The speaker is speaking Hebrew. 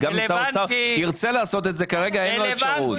גם אם שר האוצר ירצה לעשות את זה כרגע אין לו אפשרות.